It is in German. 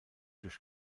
durch